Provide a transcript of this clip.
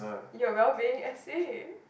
you are well being essay